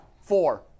Four